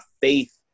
faith